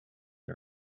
and